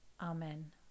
Amen